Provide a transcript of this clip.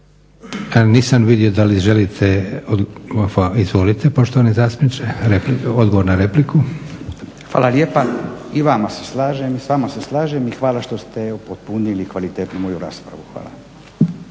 Nisam vidio da li želite? Izvolite poštovani zastupniče, odgovor na repliku. **Radin, Furio (Nezavisni)** Hvala lijepa. I s vama se slažem i hvala što se upotpunili kvalitetniju moju raspravu. Hvala.